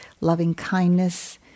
loving-kindness